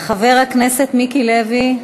חבר הכנסת מיקי לוי.